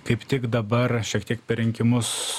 kaip tik dabar šiek tiek per rinkimus